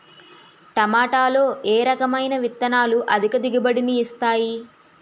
టమాటాలో ఏ రకమైన విత్తనాలు అధిక దిగుబడిని ఇస్తాయి